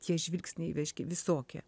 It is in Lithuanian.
tie žvilgsniai vežki visokie